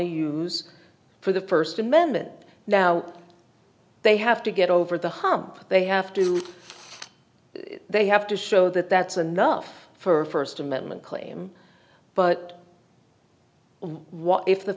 to use for the first amendment now they have to get over the hump they have to do it they have to show that that's enough for first amendment claim but what if the